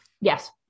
Yes